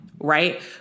right